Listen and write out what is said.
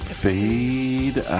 fade